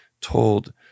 told